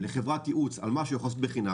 לחברת ייעוץ על מה שהוא יכול לעשות בחינם,